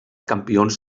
campions